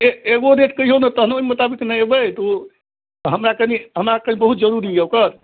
ए एगो रेट कहिऔ ने तहन ने ओहि मोताबिक ने अएबै तऽ ओ हमरा कनि हमरा कनि बहुत जरूरी अइ ओकर